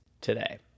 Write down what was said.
today